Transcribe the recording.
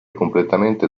completamente